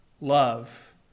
love